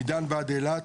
מדן ועד אילת.